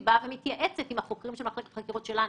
היא באה ומתייעצת עם החוקרים של מחלקת חקירות שלנו.